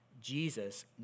Jesus